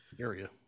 Area